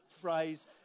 phrase